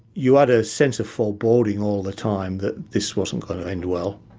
you had a sense of foreboding all the time that this wasn't going to end well.